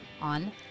on